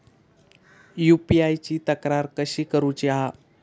UPI ची तक्रार कशी करुची हा?